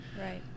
Right